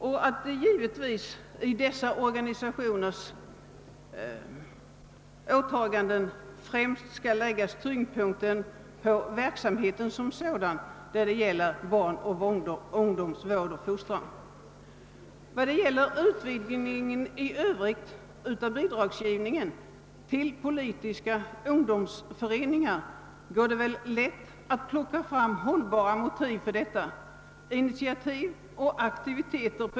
Vid bidragsgivningen bör man främst ta hänsyn till den barnoch ungdomsfostrande verksamheten. Det går lätt att anföra hållbara motiv för en bidragsgivning även till politiska ungdomsföreningar. Initiativ och aktiviteter.